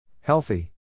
Healthy